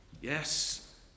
Yes